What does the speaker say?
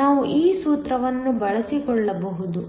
ನಾವು ಈ ಸೂತ್ರವನ್ನು ಬಳಸಿಕೊಳ್ಳಬಹುದು